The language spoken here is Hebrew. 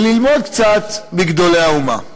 וללמוד קצת מגדולי האומה.